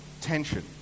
tension